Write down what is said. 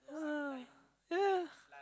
yeah yeah